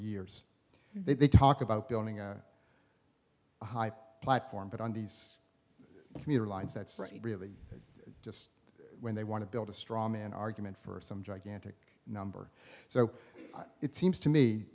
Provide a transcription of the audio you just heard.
years they talk about building a high platform but on these commuter lines that's really just when they want to build a straw man argument for some gigantic number so it seems to me